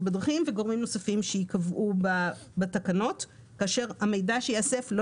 בדרכים וגורמים נוספים שייקבעו בתקנות כאשר המידע שייאסף לא